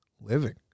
living